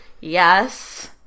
Yes